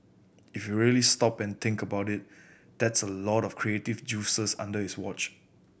if you really stop and think about it that's a lot of creative juices under his watch